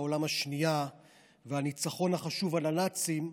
העולם השנייה והניצחון החשוב על הנאצים.